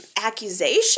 accusation